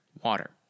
water